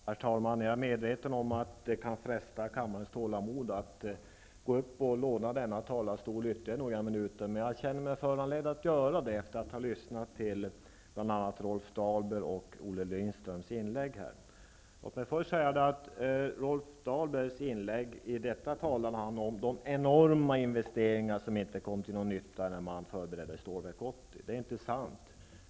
Herr talman! Jag är medveten om att det kan fresta kammarens tålamod att jag går upp och lånar denna talarstol ytterligare några minuter. Men jag känner mig föranledd att göra det efter att ha lyssnat till bl.a. Rolf Dahlbergs och Olle Rolf Dahlberg talade om de enorma investeringar som gjordes när man förberedde Stålverk 80 och som inte kom till någon nytta. Det är inte sant.